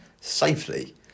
safely